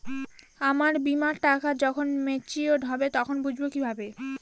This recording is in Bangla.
আমার বীমার টাকা যখন মেচিওড হবে তখন বুঝবো কিভাবে?